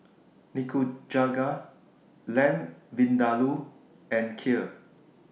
Nikujaga Lamb Vindaloo and Kheer